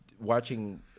watching